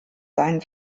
seinen